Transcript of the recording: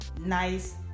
nice